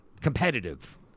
competitive